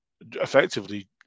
effectively